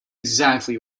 exactly